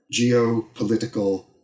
Geopolitical